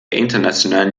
internationalen